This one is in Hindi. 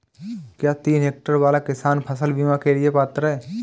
क्या तीन हेक्टेयर वाला किसान फसल बीमा के लिए पात्र हैं?